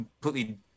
completely